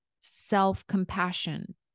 self-compassion